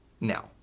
Now